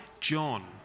John